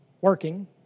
working